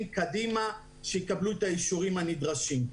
קדימה כדי שיקבלו את האישורים הנדרשים.